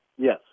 Yes